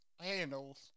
handles